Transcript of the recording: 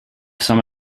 some